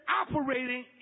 operating